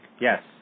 Yes